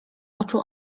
oczu